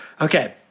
Okay